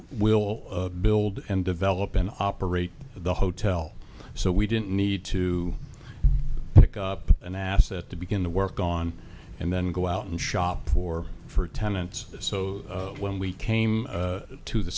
will build and develop and operate the hotel so we didn't need to pick up an asset to begin to work on and then go out and shop for for tenants so when we came to the